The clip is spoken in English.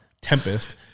Tempest